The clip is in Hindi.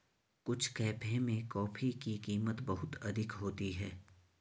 कुछ कैफे में कॉफी की कीमत बहुत अधिक होती है